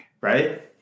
right